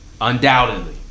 undoubtedly